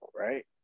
right